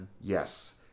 yes